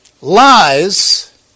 lies